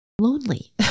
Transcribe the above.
lonely